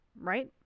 right